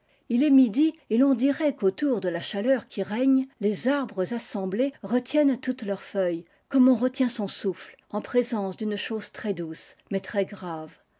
il est midi et ton dirait qu'autour de la chaleur qui règne les arbres assemblés retiennent toutes leurs feuilles comme on retient son souffle en présence d'une chose très douce mais très grave